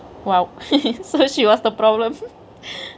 !wow! so she was the problem